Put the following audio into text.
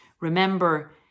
Remember